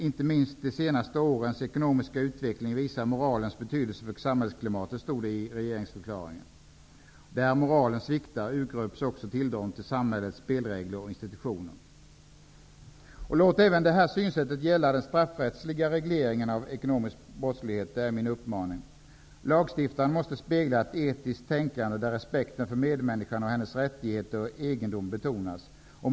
Inte minst de senaste årens ekonomiska utveckling visar moralens betydelse för samhällsklimatet. Där moralen sviktar, urgröps också tilltron till samhällets spelregler och institutioner.'' Låt det synsättet gälla även den straffrättsliga regleringen av ekonomisk brottslighet! Lagstiftaren måste spegla ett etiskt tänkande, där respekten för medmänniskan och för hennes rättigheter och egendom betonas.